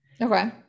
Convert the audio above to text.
Okay